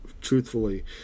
truthfully